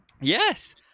yes